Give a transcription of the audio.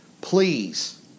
please